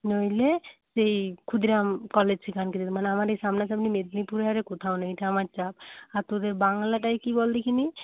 নইলে সেই ক্ষুদিরাম কলেজ মানে আমার এই সামনাসামনি মেদিনীপুরে আর কোথাও নেই এটা আমার চাপ আর তোদের বাংলাটায় কি বল দেখি